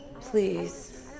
Please